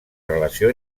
relació